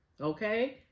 Okay